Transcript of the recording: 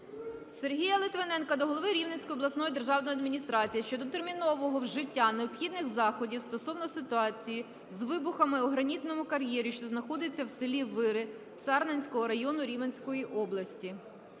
Сергія Литвиненка до голови Рівненської обласної державної адміністрації щодо термінового вжиття необхідних заходів стосовно ситуації з вибухами у гранітному кар'єрі, що знаходиться у селі Вири Сарненського району Рівненської області.